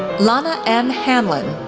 lana m. hanlon,